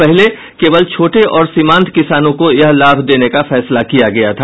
पहले केवल छोटे और सीमांत किसानों को यह लाभ देने का फैसला किया गया था